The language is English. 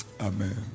amen